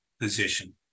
position